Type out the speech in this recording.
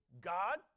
God